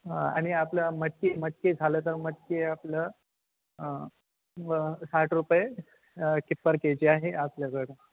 ह आणि आपलं मटकी मटकी झालं तर मटकी आपलं साठ रुपये पर केजी आहे आपल्याकडं